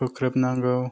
होख्रेबनांगौ